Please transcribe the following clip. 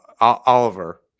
Oliver